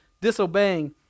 disobeying